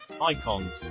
Icons